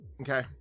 Okay